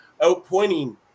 outpointing